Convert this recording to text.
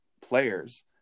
players